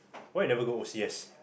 why you never go O_C_S